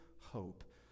hope